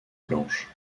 blanches